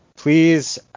Please